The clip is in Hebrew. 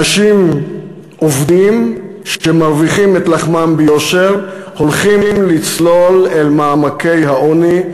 אנשים עובדים שמרוויחים את לחמם ביושר הולכים לצלול אל מעמקי העוני,